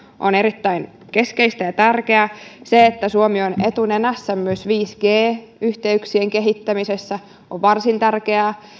on erittäin keskeistä ja tärkeää se että suomi on etunenässä myös viisi g yhteyksien kehittämisessä on varsin tärkeää